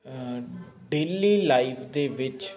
daily life ਦੇ ਵਿੱਚ